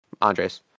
Andres